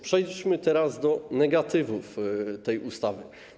Przejdźmy teraz do negatywów tej ustawy.